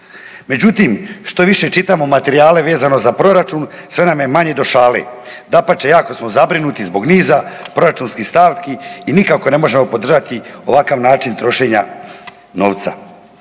Međutim, što više u materijale vezano za proračun, sve nam je manje do šale. Dapače, jako smo zabrinuti zbog niza proračunskih stavki i nikako ne možemo podržati ovakav način trošenja novca.